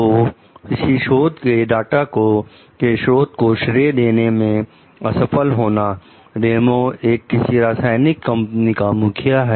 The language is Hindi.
तो किसी शोध के डाटा के स्रोत को श्रेय देने में असफल होना रेमो एक किसी रसायनिक कंपनी में मुखिया है